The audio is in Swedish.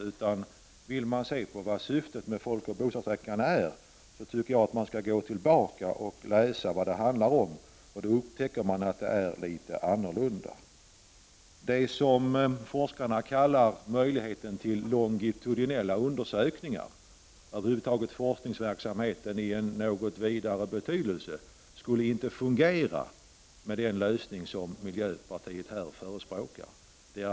Om man vill se vilket syftet är med folkoch bostadsräkningen, skall man gå tillbaka i handlingarna och läsa vad det handlar om. Då upptäcker man att det är litet annorlunda. Det som forskarna kallar möjligheten till longitudinella undersökningar, över huvud taget forskningsverksamhet i en något vidare betydelse, skulle inte fungera med den lösning som miljöpartiet här förespråkar.